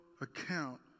account